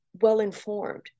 well-informed